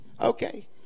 okay